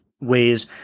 ways